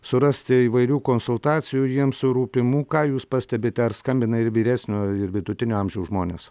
surasti įvairių konsultacijų jiems rūpimų ką jūs pastebite ar skambina ir vyresnio ir vidutinio amžiaus žmonės